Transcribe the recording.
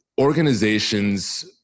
Organizations